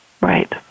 right